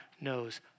knows